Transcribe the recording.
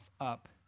up